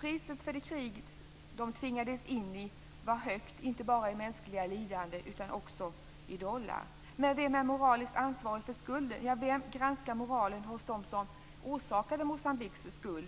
Priset för det krig de tvingades in i var högt - inte bara i mänskligt lidande utan också i dollar. Men vem är moraliskt ansvarig för skulden? Ja, vem granskar moralen hos dem som orsakade Moçambiques skuld?